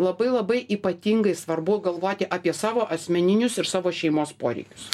labai labai ypatingai svarbu galvoti apie savo asmeninius ir savo šeimos poreikius